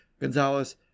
Gonzalez